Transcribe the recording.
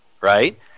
right